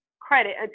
credit